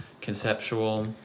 conceptual